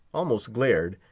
almost glared,